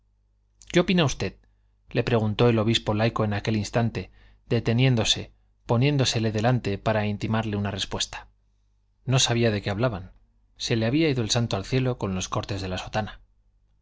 qué opina usted le preguntó el obispo laico en aquel instante deteniéndose poniéndosele delante para intimarle la respuesta no sabía de qué hablaban se le había ido el santo al cielo con los cortes de la sotana